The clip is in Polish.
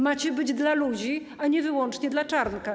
Macie być dla ludzi, a nie wyłącznie dla Czarnka.